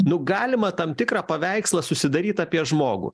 nu galima tam tikrą paveikslą susidaryt apie žmogų